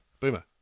Boomer